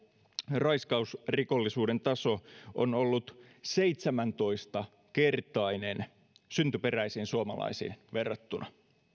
raiskausrikollisuuden taso on ollut seitsemäntoista kertainen syntyperäisiin suomalaisiin verrattuna